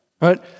right